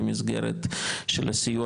במסגרת של הסיוע